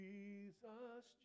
Jesus